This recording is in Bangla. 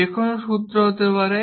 যে কোনও সূত্র হতে পারে